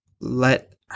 Let